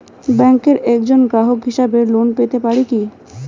ব্যাংকের একজন গ্রাহক হিসাবে লোন পেতে পারি কি?